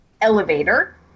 elevator